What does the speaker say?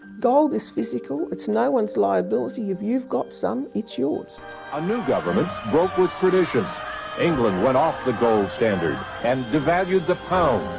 gold is physical. it's no-one's liability if you've got some, it's yours. a new government broke with tradition england went off the gold standard and devalued the pound,